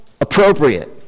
appropriate